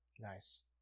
Nice